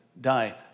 die